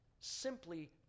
simply